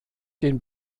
den